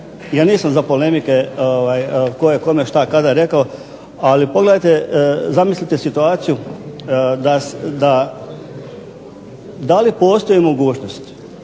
Ja nisam za polemike tko je kome što kada rekao, ali zamislite situaciju da li postoji mogućnost